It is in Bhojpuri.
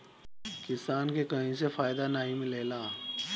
किसान के कहीं से फायदा नाइ मिलेला